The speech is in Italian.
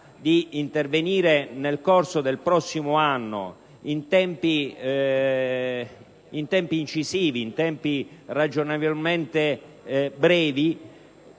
di intervenire nel corso del prossimo anno in tempi incisivi, ma ragionevolmente brevi,